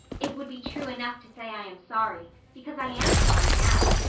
it would be true enough to say i am sorry, because i am sorry now.